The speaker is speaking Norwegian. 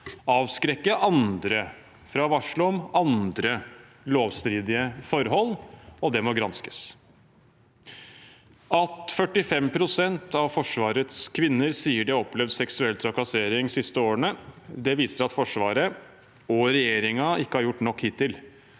avskrekke andre fra å varsle om andre lovstridige forhold, og det må granskes. Det at 45 pst. av forsvarets kvinner sier de har opplevd seksuell trakassering de siste årene, viser at Forsvaret og regjeringen ikke har gjort nok hittil.